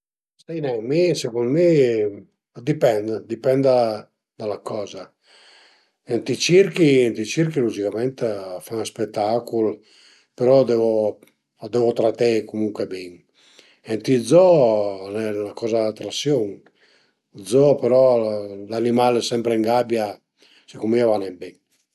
Sai nen, mi secund mi, a dipend a dipenda da la coza, ënt i circhi ënt i circhi lugicament a fan spetacul però a devu a devu trateie comuncue bin e ënt i zoo al e 'na coza d'atrasiun, zoo però l'animal sempre ën gabia secund mi a va nen bin